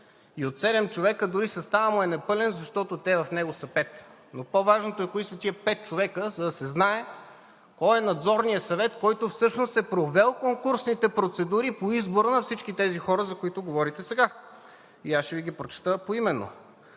през 2010 г. Дори съставът му е непълен, защото от седем човека в него са пет. По-важното е кои са тези пет човека, за да се знае кой е Надзорният съвет, който всъщност е провел конкурсните процедури по избора на всички тези хора, за които говорите сега. Ще Ви ги прочета поименно.